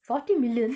forty million